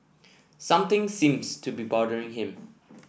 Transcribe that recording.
something seems to be bothering him